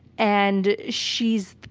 and she's,